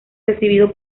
recibido